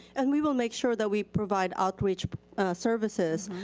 and we will make sure that we provide outreach services.